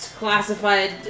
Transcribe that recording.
Classified